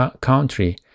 country